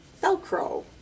Velcro